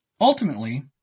Ultimately